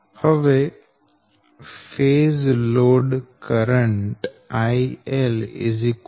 હવે phase load current IL VphaseZL